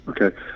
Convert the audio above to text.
Okay